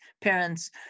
parents